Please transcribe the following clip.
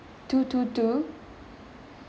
two two two